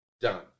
Done